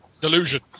Delusion